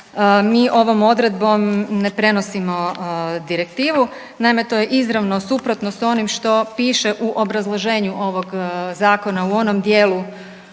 mi ovom odredbom ne prenosimo direktivu, naime to je izravno suprotno s onim što piše u obrazloženju ovog zakona u onom dijelu